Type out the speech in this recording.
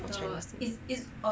the chinese